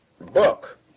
book